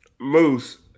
Moose